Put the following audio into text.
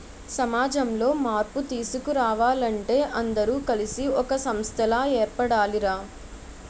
సమాజంలో మార్పు తీసుకురావాలంటే అందరూ కలిసి ఒక సంస్థలా ఏర్పడాలి రా